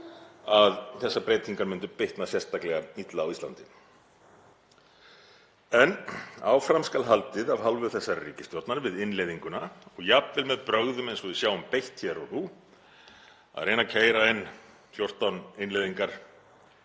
að þessar breytingar myndu bitna sérstaklega illa á Íslandi. En áfram skal haldið af hálfu þessarar ríkisstjórnar við innleiðinguna og jafnvel með brögðum eins og við sjáum beitt hér og nú, að reyna að keyra inn 14 innleiðingar